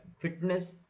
Fitness